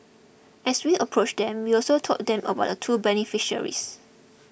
as we approached them we also told them about two beneficiaries